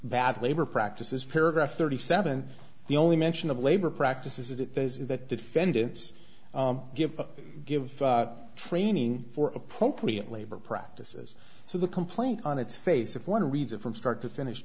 bad labor practices paragraph thirty seven the only mention of labor practices that the defendants give give training for appropriate labor practices so the can plain on its face if one reads it from start to finish